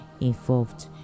involved